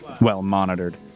well-monitored